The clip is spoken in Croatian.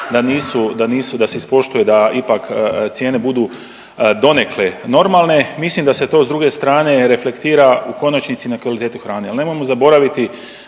da nisu, da se ispoštuje da ipak cijene budu donekle normalne, mislim da se to s druge strane reflektira u konačnici na kvalitetu hrane. Jel nemojmo zaboraviti